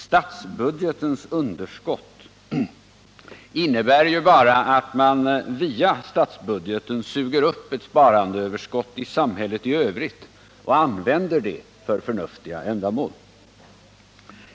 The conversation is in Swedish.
Statsbudgetens underskott innebär ju bara att man via statsbudgeten suger upp ett sparandeöverskott i samhället i övrigt och använder det för förnuftiga ändamål.